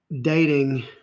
dating